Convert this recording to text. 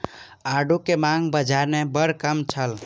आड़ू के मांग बाज़ार में बड़ कम छल